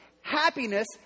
Happiness